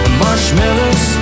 marshmallows